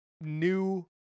new